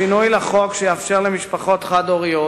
שינוי לחוק שיאפשר למשפחות חד-הוריות